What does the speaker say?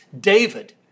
David